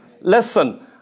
Listen